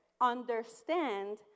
understand